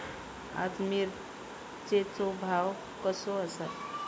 आज मिरचेचो भाव कसो आसा?